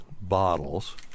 bottles